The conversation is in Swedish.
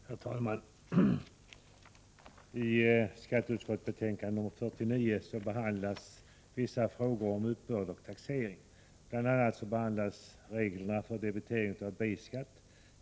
Herr talman! I skatteutskottets betänkande nr 49 behandlas vissa frågor om uppbörd och taxering, bl.a. reglerna för debitering av B-skatt.